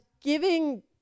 giving